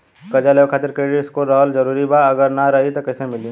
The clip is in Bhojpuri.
कर्जा लेवे खातिर क्रेडिट स्कोर रहल जरूरी बा अगर ना रही त कैसे मिली?